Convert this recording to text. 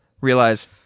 realize